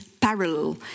parallel